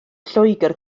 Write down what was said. lloegr